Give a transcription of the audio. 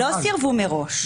לא סירבו מראש.